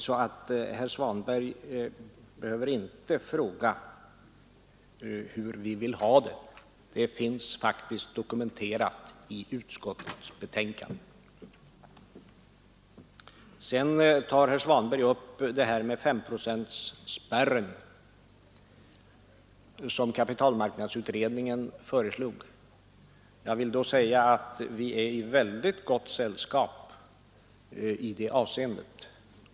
—L ——— Herr Svanberg behöver inte fråga hur vi vill ha det; det finns faktiskt Allmänna pensions Sedan tar herr Svanberg upp det här med S-procentsspärren som kapitalmarknadsutredningen föreslog. Jag vill då säga att vi är i väldigt gott sällskap i det avseendet.